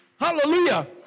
Hallelujah